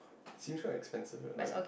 seems quite expensive right like